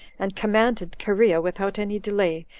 and commanded cherea, without any delay,